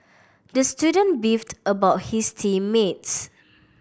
the student beefed about his team mates